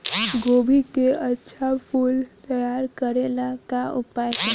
गोभी के अच्छा फूल तैयार करे ला का उपाय करी?